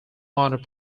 mounted